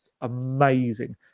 amazing